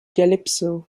calypso